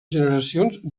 generacions